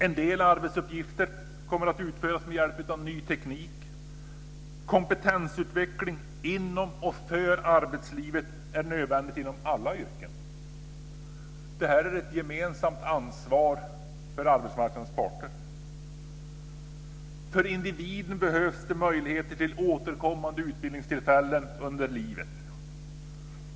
En del arbetsuppgifter kommer att utföras med hjälp av ny teknik. Kompetensutveckling inom och för arbetslivet är nödvändig inom alla yrken. Detta är ett gemensamt ansvar för arbetsmarknadens parter. För individen behövs det möjligheter till återkommande utbildningstillfällen under livet.